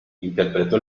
interpretó